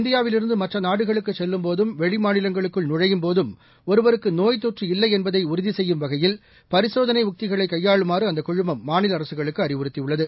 இந்தியாவிலிருந்து மற்ற நாடுகளுக்குச் செல்லும்போதும் வெளி மாநிலங்களுக்குள் நுழையும்போதும் ஒருவருக்கு நோய்த் தொற்று இல்லை என்பதை உறுதி செய்யும் வகையில் பரிசோதனை உக்திகளை கையாளுமாறு அந்தக் குழமம் மாநில அரசுகளுக்கு அறிவுறுத்தியுள்ளது